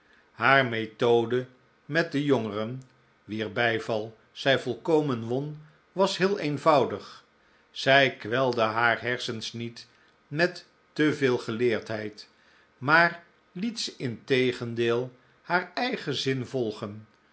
haar methode met de jongeren wier bijval zij volkomen won was heel eenvoudig zij kwelde haar hersens niet met te veel geleerdheid maar liet ze integendeel haar eigen zin volgen